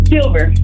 Silver